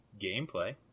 gameplay